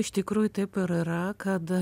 iš tikrųjų taip ir yra kad